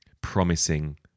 promising